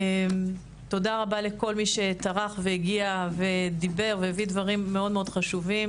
תודה רבה לכל מי שטרח והגיע ודיבר והביא דברים מאוד-מאוד חשובים.